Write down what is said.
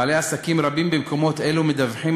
בעלי עסקים רבים במקומות אלה מדווחים